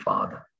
Father